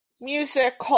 Music